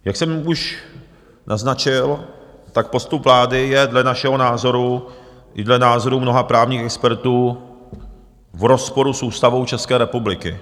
Jak jsem už naznačil, tak postup vlády je dle našeho názoru i dle názoru mnoha právních expertů v rozporu s Ústavou České republiky.